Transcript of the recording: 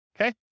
okay